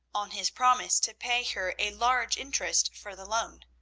on his promise to pay her a large interest for the loan.